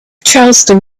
charleston